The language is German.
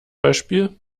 beispiel